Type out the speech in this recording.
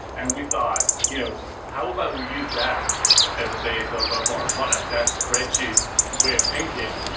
and we thought, you know how about we use that as a base of of our product? that spreadsheet way of thinking.